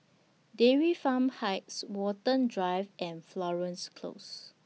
Dairy Farm Heights Watten Drive and Florence Close